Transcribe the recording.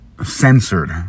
Censored